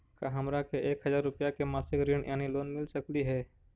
का हमरा के एक हजार रुपया के मासिक ऋण यानी लोन मिल सकली हे?